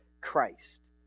Christ